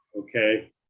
okay